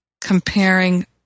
comparing